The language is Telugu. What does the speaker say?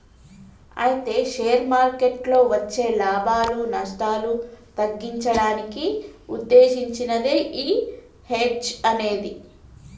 అయితే షేర్ మార్కెట్లలో వచ్చే లాభాలు నష్టాలు తగ్గించడానికి ఉద్దేశించినదే ఈ హెడ్జ్ అనేది